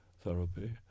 therapy